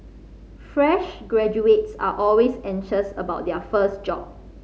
fresh graduates are always anxious about their first job